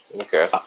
Okay